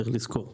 צריך לזכור,